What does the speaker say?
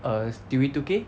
err stewie two K